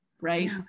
right